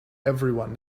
everyone